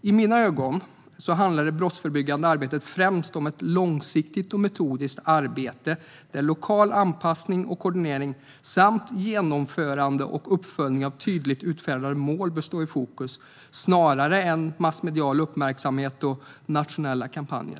I mina ögon handlar brottsförebyggande arbete främst om ett långsiktigt och metodiskt arbete där lokal anpassning och koordinering samt genomförande och uppföljning av tydligt utfärdade mål bör stå i fokus snarare än massmedial uppmärksamhet och nationella kampanjer.